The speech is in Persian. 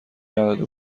نداده